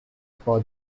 for